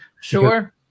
Sure